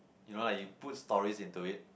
you know lah you put stories into it